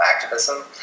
activism